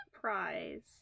prize